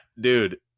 dude